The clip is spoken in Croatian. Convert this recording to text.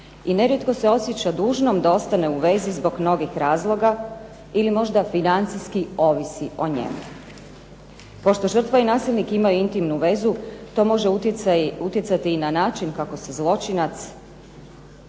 I nerijetko se osjeća dužnom da ostane u vezi zbog mnogih razloga ili možda financijski ovisi o njemu. Pošto žrtva i nasilnik imaju intimnu vezu to može utjecati i na način kako se zločinac